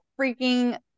freaking